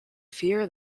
fear